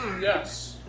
Yes